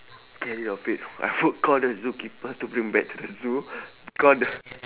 carry your bed I would call the zookeeper to bring back to the zoo call the